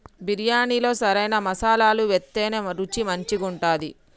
బిర్యాణిలో సరైన మసాలాలు వేత్తేనే రుచి మంచిగుంటది